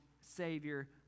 Savior